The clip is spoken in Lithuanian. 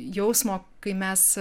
jausmo kai mes